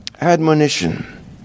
Admonition